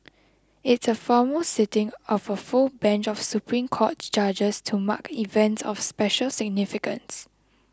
it's a formal sitting of a full bench of Supreme Court judges to mark events of special significance